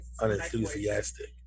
Unenthusiastic